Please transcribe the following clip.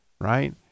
right